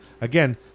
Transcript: again